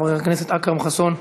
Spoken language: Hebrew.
חבר הכנסת אכרם חסון,